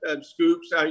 scoops